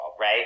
right